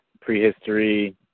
prehistory